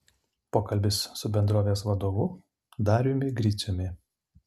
pokalbis su bendrovės vadovu dariumi griciumi